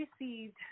received